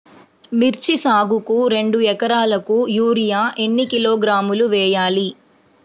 మిర్చి సాగుకు రెండు ఏకరాలకు యూరియా ఏన్ని కిలోగ్రాములు వేయాలి?